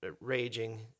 raging